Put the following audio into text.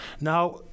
Now